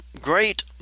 great